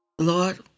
Lord